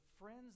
friends